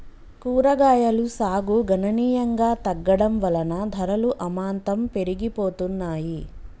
కూరగాయలు సాగు గణనీయంగా తగ్గడం వలన ధరలు అమాంతం పెరిగిపోతున్నాయి